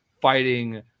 fighting